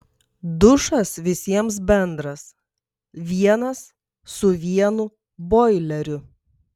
dušas visiems bendras vienas su vienu boileriu